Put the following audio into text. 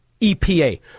EPA